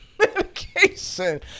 medication